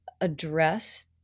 address